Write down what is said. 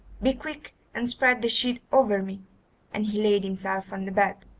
be quick and spread the sheet over me and he laid himself on the bed,